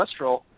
cholesterol